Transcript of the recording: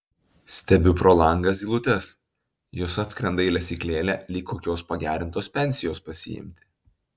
stebiu pro langą zylutes jos atskrenda į lesyklėlę lyg kokios pagerintos pensijos pasiimti